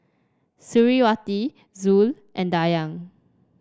Suriawati Zul and Dayang